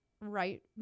right